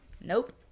Nope